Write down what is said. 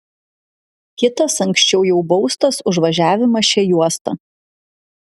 kitas anksčiau jau baustas už važiavimą šia juosta